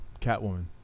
Catwoman